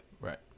Right